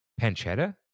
Pancetta